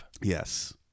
Yes